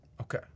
okay